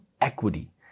equity